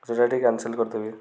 ସେଇଟା ଟିକେ କ୍ୟାନସଲ୍ କରିଦେବି